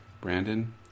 Brandon